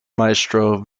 maestro